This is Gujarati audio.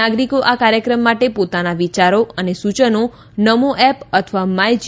નાગરિકો આ કાર્યક્રમ માટે પોતાના વિચારો સૂચનો નમો એપ અથવા માય જી